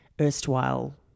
erstwhile